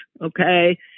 okay